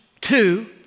two